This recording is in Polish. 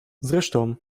zresztą